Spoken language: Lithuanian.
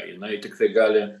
jinai tiktai gali